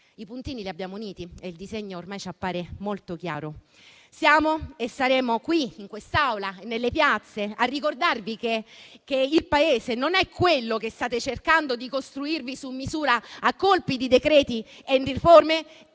i puntini li abbiamo uniti e il disegno ormai ci appare molto chiaro. Siamo e saremo qui in quest'Aula e nelle piazze, a ricordarvi che il Paese non è quello che state cercando di costruirvi su misura, a colpi di decreti e riforme